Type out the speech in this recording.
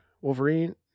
Wolverine